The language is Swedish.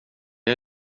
har